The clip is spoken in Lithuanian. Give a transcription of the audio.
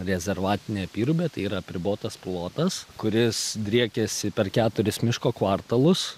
rezervatinė apyrubė tai yra apribotas plotas kuris driekiasi per keturis miško kvartalus